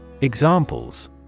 Examples